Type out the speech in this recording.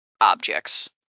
objects